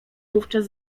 wówczas